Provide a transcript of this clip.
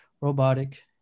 robotic